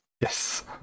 Yes